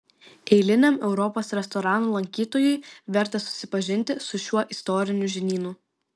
eiliniam europos restoranų lankytojui verta susipažinti su šiuo istoriniu žinynu